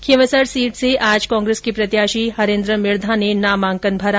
Khinvsar seat से आज Congress के प्रत्याशी हरेन्द्र मिर्घा ने नामांकन भरा